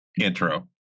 intro